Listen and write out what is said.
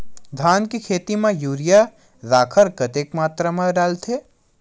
धान के खेती म यूरिया राखर कतेक मात्रा म डलथे?